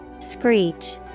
Screech